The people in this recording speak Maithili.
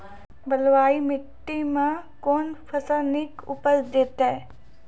बलूआही माटि मे कून फसल नीक उपज देतै?